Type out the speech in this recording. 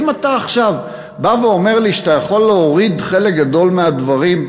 אם אתה עכשיו בא ואומר לי שאתה יכול להוריד חלק גדול מהדברים,